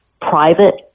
private